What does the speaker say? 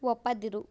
ಒಪ್ಪದಿರು